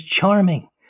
charming